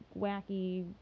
wacky